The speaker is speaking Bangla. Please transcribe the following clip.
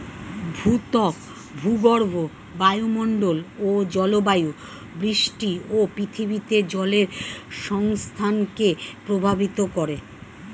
ভূত্বক, ভূগর্ভ, বায়ুমন্ডল ও জলবায়ু বৃষ্টি ও পৃথিবীতে জলের সংস্থানকে প্রভাবিত করে